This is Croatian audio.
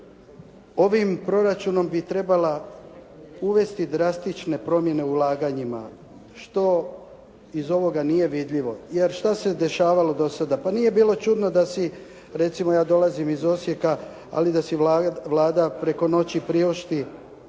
Ovim proračunom bi trebala uvesti drastične promjene ulaganjima što iz ovoga nije vidljivo. Jer, šta se dešavalo do sada. Pa nije čudno da si, recimo ja dolazim iz Osijeka ali da si Vlada preko noći priušti